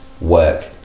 work